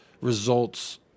results